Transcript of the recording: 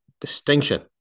distinction